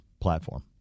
platform